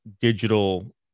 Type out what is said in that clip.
digital